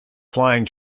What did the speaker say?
flying